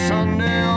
Sunday